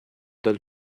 dal